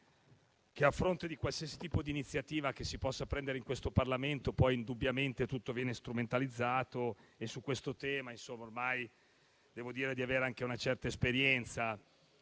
che, a fronte di qualsiasi tipo di iniziativa che si possa prendere in questo Parlamento, indubbiamente tutto venga strumentalizzato. E su tale tema ormai devo dire di avere anche una certa esperienza,